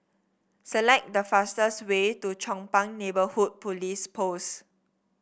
select the fastest way to Chong Pang Neighbourhood Police Post